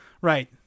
Right